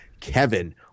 Kevin